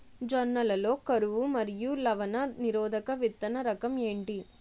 జొన్న లలో కరువు మరియు లవణ నిరోధక విత్తన రకం ఏంటి?